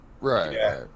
Right